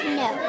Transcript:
no